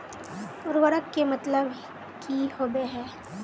उर्वरक के मतलब की होबे है?